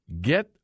get